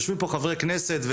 יושבים פה חברי כנסת,